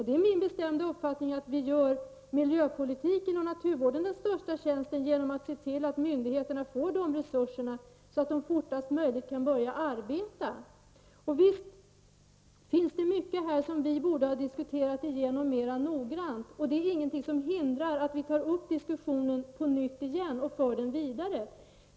Det är min bestämda uppfattning att vi gör miljöpolitiken och naturvården den största tjänsten genom att se till att myndigheterna får de resurserna, så att de fortast möjligt kan börja arbeta. Visst finns det mycket som vi borde ha diskuterat igenom mer noggrant. Det är ingenting som hindrar att vi tar upp diskussionen på nytt och för den vidare.